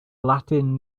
latin